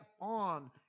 on